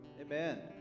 Amen